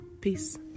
Peace